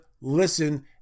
listen